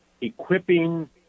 equipping